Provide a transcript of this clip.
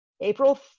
April